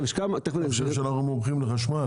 אתה חושב שאנחנו מומחים לחשמל?